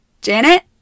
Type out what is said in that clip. Janet